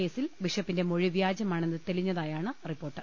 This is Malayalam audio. കേസിൽ ബിഷപ്പിന്റെ മൊഴി വ്യാജമാ ണെന്ന് തെളിഞ്ഞതായാണ് റിപ്പോർട്ട്